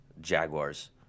Jaguars